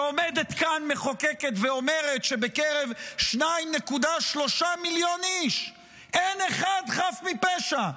כשעומדת כאן מחוקקת ואומרת שבקרב 2.3 מיליון איש אין אחד חף מפשע.